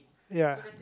ya